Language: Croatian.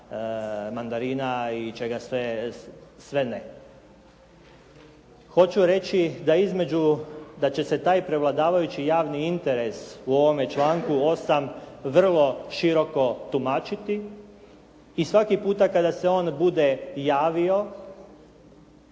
mandarina i čega sve ne. Hoću reći da između, da će se taj prevladavajući javni interes u ovome članku 8. vrlo široko tumačiti i svaki puta kada se on bude javio